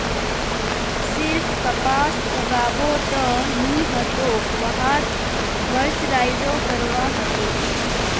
सिर्फ कपास उगाबो त नी ह तोक वहात मर्सराइजो करवा ह तोक